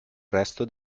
resto